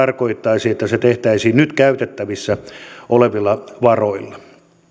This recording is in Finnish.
tarkoittaisi että se tehtäisiin nyt käytettävissä olevilla varoilla